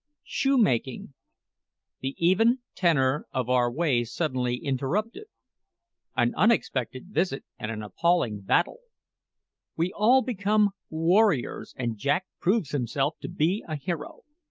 shoemaking the even tenor of our way suddenly interrupted an unexpected visit and an appalling battle we all become warriors, and jack proves himself to be a hero.